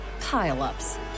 pile-ups